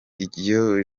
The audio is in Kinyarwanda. iyo